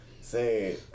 Say